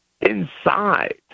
inside